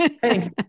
Thanks